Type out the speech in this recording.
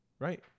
right